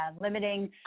limiting